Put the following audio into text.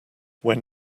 when